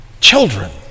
children